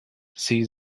see